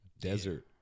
Desert